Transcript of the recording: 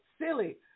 silly